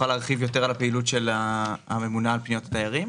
להרחיב על הפעילות של הממונה על פניות הדיירים,